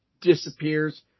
disappears